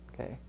Okay